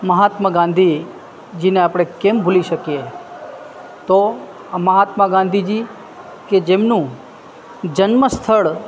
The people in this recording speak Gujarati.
મહાત્મા ગાંધી જેને આપણે કેમ ભૂલી શકીએ તો મહાત્મા ગાંધીજી કે જેમનું જન્મસ્થળ